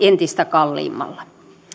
entistä kalliimmalla